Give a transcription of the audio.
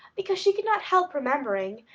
because she could not help remembering,